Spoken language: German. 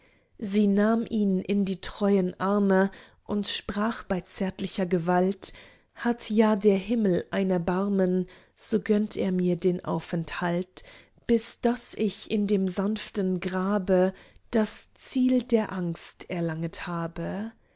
sie nahm ihn in die treuen armen und sprach bei zärtlicher gewalt hat ja der himmel ein erbarmen so gönnt er mir den aufenthalt bis daß ich in dem sanften grabe das ziel der angst erlanget habe